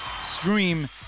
stream